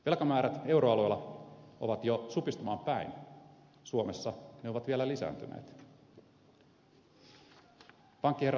velkamäärät euroalueella ovat jo supistumaan päin suomessa ne ovat vielä lisääntyneet